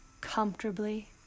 comfortably